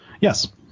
Yes